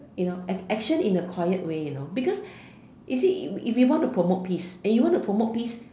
you know action in a quiet way you know because you see if you want to promote peace and you want to promote peace